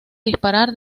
disparar